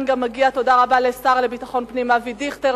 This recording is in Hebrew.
מגיעה תודה רבה לשר לביטחון פנים אבי דיכטר,